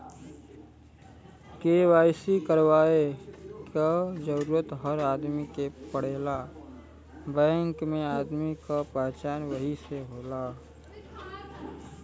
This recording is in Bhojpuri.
के.वाई.सी करवाये क जरूरत हर आदमी के पड़ेला बैंक में आदमी क पहचान वही से होला